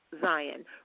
Zion